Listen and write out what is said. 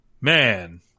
man